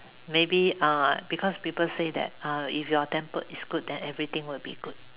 maybe uh because people say that uh if your temper is good then everything will be good